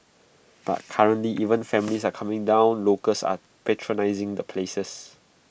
but currently even families are coming down locals are patronising the places